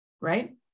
right